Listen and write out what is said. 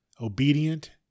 obedient